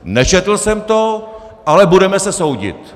Nečetl jsem to, ale budeme se soudit!